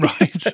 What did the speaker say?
Right